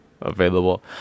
available